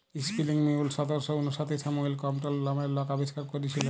spinning mule সতের শ উনআশিতে স্যামুয়েল ক্রম্পটল লামের লক আবিষ্কার ক্যইরেছিলেল